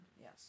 Yes